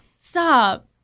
Stop